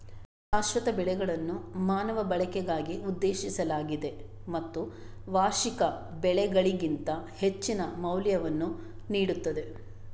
ಶಾಶ್ವತ ಬೆಳೆಗಳನ್ನು ಮಾನವ ಬಳಕೆಗಾಗಿ ಉದ್ದೇಶಿಸಲಾಗಿದೆ ಮತ್ತು ವಾರ್ಷಿಕ ಬೆಳೆಗಳಿಗಿಂತ ಹೆಚ್ಚಿನ ಮೌಲ್ಯವನ್ನು ನೀಡುತ್ತದೆ